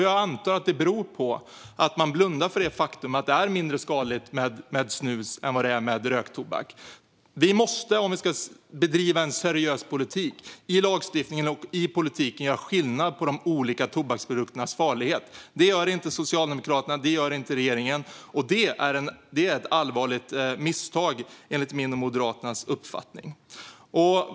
Jag antar att det beror på att man blundar för det faktum att det är mindre farligt med snus än vad det är med röktobak. Om vi ska bedriva en seriös politik måste vi i lagstiftningen och i politiken göra skillnad på de olika tobaksprodukternas farlighet. Det gör inte Socialdemokraterna och regeringen. Det är ett allvarligt misstag enligt min och Moderaternas uppfattning.